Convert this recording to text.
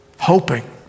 hoping